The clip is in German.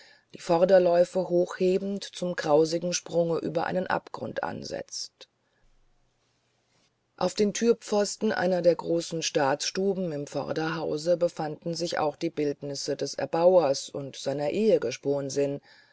die vorderläufe hochhebend zum grausigen sprunge über einen abgrund ansetzte aus den thürpfosten einer der großen staatsstuben im vorderhause befanden sich auch die bildnisse des erbauers und seiner ehegesponsin